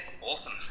awesome